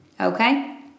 Okay